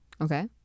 Okay